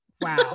wow